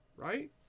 Right